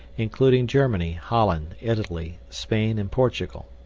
including germany, holland, italy, spain, and portugal.